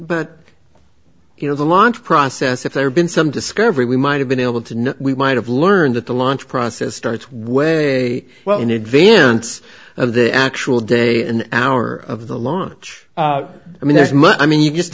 but you know the launch process if there been some discovery we might have been able to know we might have learned that the launch process starts way well in advance of the actual day and hour of the launch i mean there's much i mean you just